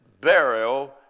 burial